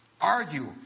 argue